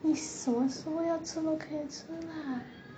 你什么时候要都可以吃 lah